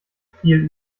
viel